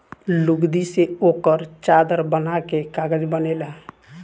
लुगदी से ओकर चादर बना के कागज बनेला